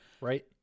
right